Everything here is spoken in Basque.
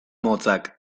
motzak